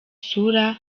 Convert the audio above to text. sura